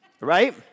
right